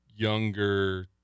younger